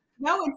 No